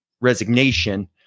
resignation